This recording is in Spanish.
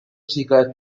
chica